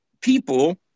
people